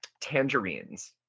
tangerines